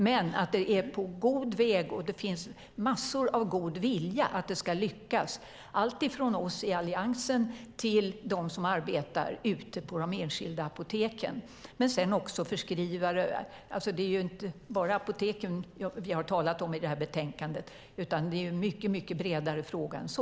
Men det är på god väg och det finns massor av god vilja när det gäller att det ska lyckas, alltifrån oss i Alliansen till dem som arbetar ute på de enskilda apoteken och sedan också förskrivare. Det är inte bara apoteken vi har talat om i det här betänkandet, utan det är en mycket bredare fråga än så.